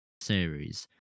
series